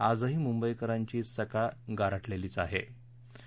आजही मुंबईकरांची सकाळ गारठलेलीच होती